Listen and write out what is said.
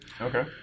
Okay